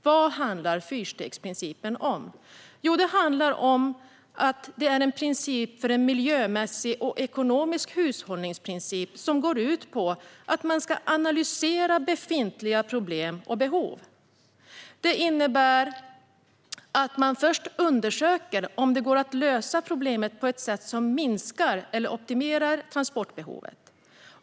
Vad handlar då fyrstegsprincipen om? Jo, det är en miljömässig och ekonomisk hushållningsprincip som går ut på att man ska analysera befintliga problem och behov. Fyrstegsprincipen innebär att man först undersöker om det går att lösa problemet på ett sätt som minskar eller optimerar transportbehovet.